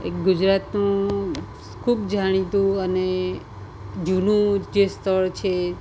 એક ગુજરાતનું ખૂબ જાણીતું અને જૂનું જે સ્થળ છે